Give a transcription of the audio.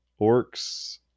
orcs